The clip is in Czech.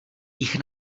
jich